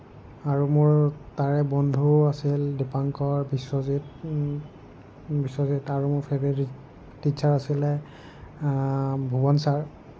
আৰু মোৰ তাৰে বন্ধু আছিল দীপাংকৰ বিশ্বজিত বিশ্বজিত আৰু মোৰ ফেভৰেট টীচ্ছাৰ আছিলে ভূৱন ছাৰ